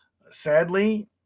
Sadly